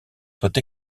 soit